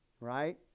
right